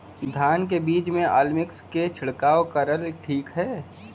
धान के बिज में अलमिक्स क छिड़काव करल ठीक ह?